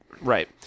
Right